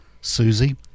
Susie